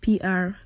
PR